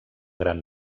gran